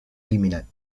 eliminat